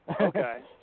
Okay